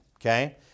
okay